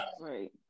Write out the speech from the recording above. right